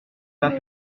pas